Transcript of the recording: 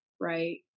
right